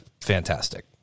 fantastic